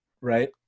right